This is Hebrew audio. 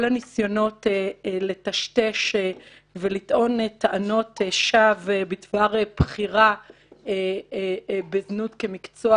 כל הניסיונות לטשטש ולטעון טענות שווא בדבר בחירה בזנות כמקצוע,